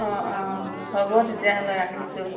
অঁ অঁ হ'ব তেতিয়াহ'লে ৰাখিছোঁ